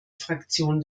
fraktion